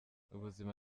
ubuzima